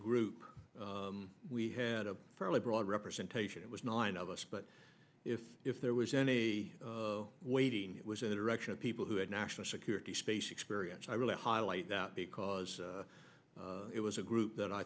group we had a fairly broad representation it was nine of us but if if there was any waiting it was in the direction of people who had national security space experience i really highlight that because it was a group that i